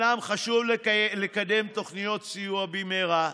אומנם חשוב לקדם תוכניות סיוע במהרה,